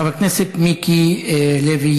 חבר הכנסת מיקי לוי,